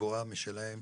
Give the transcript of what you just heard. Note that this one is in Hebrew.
בבועה משלהם.